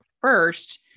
first